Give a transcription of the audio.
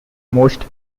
most